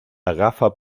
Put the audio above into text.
agafa